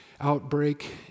outbreak